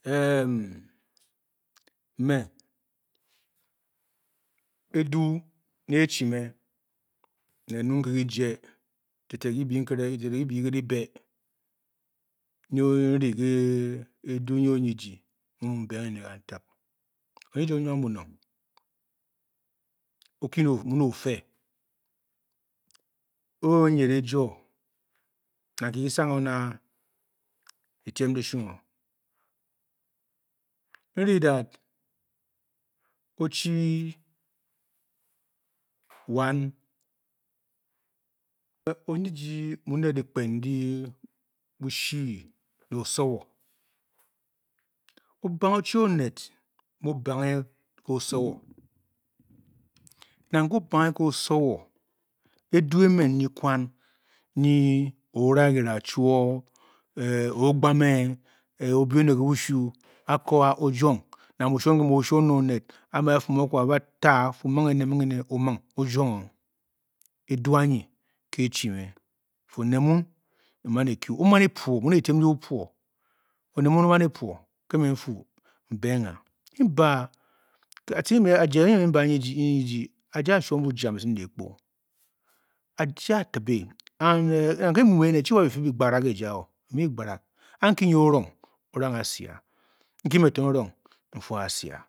M mě e duu nyi e-chi ně ne n ming ke dije te te kibii n kere, be i bii ke dyîbě nyi n-ri ke edu nyi onyi-jyi mu, m muu mbeng nen kantig. Onyi-ji o-nwang bunong, o-kyu ne, muu ne o-fe, o-o nyid ejuo, nang ki yi sangh-o naa, dyitiem dishung o, n-ri dat o-chii wan onyii ji muu ne dyikpen ndi bushi ne mbu osowo, o-banghe, o-chi oned muu o-banghe ge osowo, nang e o-obanghe ke osowo, eduu e-men nyi kwan, nyii. o-ra ki ra chuoo, o-gbame o-bii oned ke bushuu. a ko a, o-juong, nang bu shuon mbuu mu o-shuon ne oned, a a maan a fum akwu a a ba ta, a-fuu ming énè, ming énè o-o ming, o-juong o, eduu anyi ke e-chii me, n-fuu oned muun o-man e-kyu, o-maan e-puo, muu ne dyitiem ndi o-puo, oned muun o-maan e-puo ke me m-fuu, m-bengha, mm-be a a atci mbe, ajie nyi me mbe onyi fi ajie a a-shuom bujam esim dehkpo, ajie aa-ti bě and Nang nke bi muu ene, chi wa byi fi bi gbarang ejia o, bi mi gbarang, a nki nyi o-rong o-rang asia, nki me to n-rong, n-fua asia